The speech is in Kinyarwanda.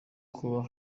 kuba